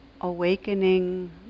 awakening